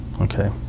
okay